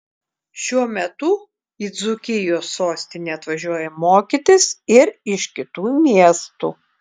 šiuo metu į dzūkijos sostinę atvažiuoja mokytis ir iš kitų miestų